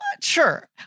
sure